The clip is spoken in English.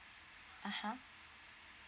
(uh huh)